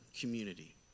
community